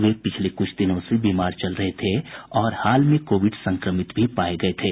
वे पिछले कुछ दिनों से बीमार चल रहे थे और हाल में कोविड संक्रमित भी पाये गये थे